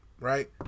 right